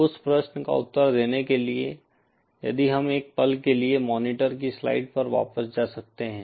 उस प्रश्न का उत्तर देने के लिए यदि हम एक पल के लिए मॉनिटर की स्लाइड पर वापस जा सकते हैं